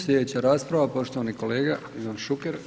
Sljedeća rasprava poštovani kolega Ivan Šuker.